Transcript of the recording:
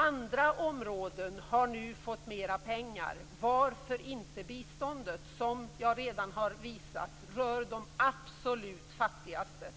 Andra områden har nu fått mera pengar, varför inte biståndet, som rör de absolut fattigaste?